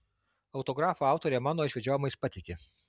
autografų autorė mano išvedžiojimais patiki